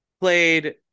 played